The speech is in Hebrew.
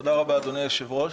תודה רבה, אדוני היושב-ראש.